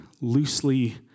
loosely